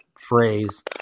phrase